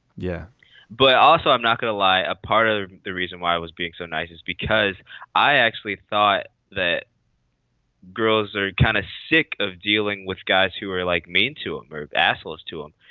yeah but also i'm not going to lie a part of the reason why i was being so nice is because i actually thought that girls are kind of sick of dealing with guys who are like mean to move assholes to them.